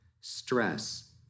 stress